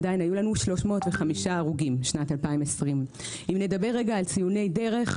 עדיין היו לנו 305 הרוגים בשנת 2020. ציוני דרך,